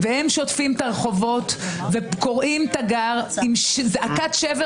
והם שוטפים את הרחובות וקוראים תגר עם זעקת שבר